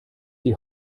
die